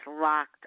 locked